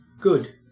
good